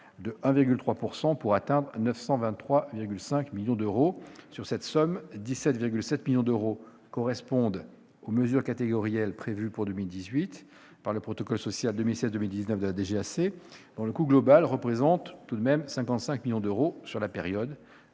de 1,3 % pour atteindre 923,5 millions d'euros. Sur cette somme, 17,7 millions d'euros correspondent aux mesures catégorielles prévues pour 2018 par le protocole social 2016-2019 de la DGAC, dont le coût global représente 55 millions d'euros sur la période,